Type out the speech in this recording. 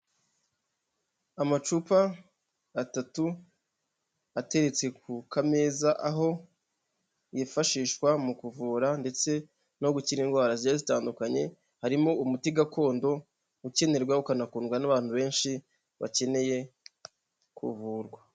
Amacupa atatu ateretse ku kameza aho yifashishwa mu kuvura ndetse no gukira indwara ziri zitandukanye, harimo umuti gakondo ukenerwa ukanakundwa n'abantu benshi bakeneye kuvurwa.